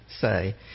say